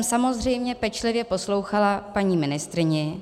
Samozřejmě jsem pečlivě poslouchala paní ministryni.